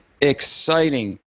exciting